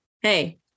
hey